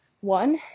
one